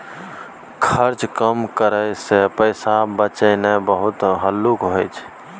खर्चा कम करइ सँ पैसा बचेनाइ बहुत हल्लुक होइ छै